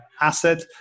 asset